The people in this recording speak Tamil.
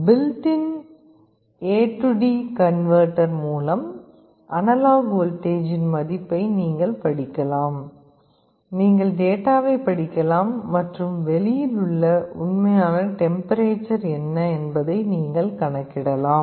build in A D converter AD converter மூலம் அனலாக் வோல்டேஜ்ஜின் மதிப்பை நீங்கள் படிக்கலாம் நீங்கள் டேட்டாவைப் படிக்கலாம் மற்றும் வெளியில் உள்ள உண்மையான டெம்பரேச்சர் என்ன என்பதை நீங்கள் கணக்கிடலாம்